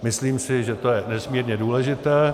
Myslím si, že to je nesmírně důležité.